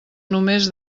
només